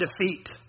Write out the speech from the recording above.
defeat